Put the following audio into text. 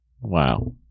Wow